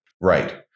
right